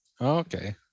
Okay